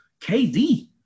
KD